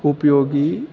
उपयोगी